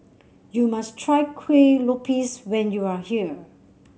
you must try Kuih Lopes when you are here